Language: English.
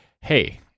Hey